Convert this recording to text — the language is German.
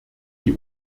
die